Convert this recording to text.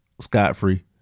scot-free